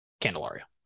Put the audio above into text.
Candelaria